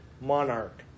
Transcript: monarch